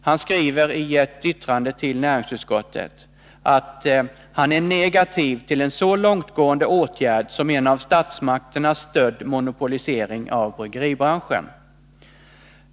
Han skriver i ett yttrande till näringsutskottet att han ”är negativ till en så långtgående åtgärd som en av statsmakterna stödd monopolisering av bryggeribranschen.